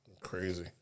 Crazy